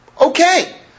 Okay